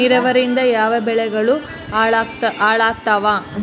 ನಿರಾವರಿಯಿಂದ ಯಾವ ಬೆಳೆಗಳು ಹಾಳಾತ್ತಾವ?